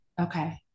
Okay